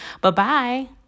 Bye-bye